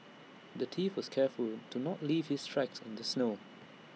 the thief was careful to not leave his tracks in the snow